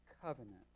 covenant